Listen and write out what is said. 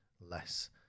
less